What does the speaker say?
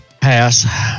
Pass